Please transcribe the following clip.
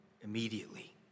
immediately